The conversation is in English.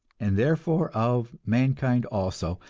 and therefore of mankind also,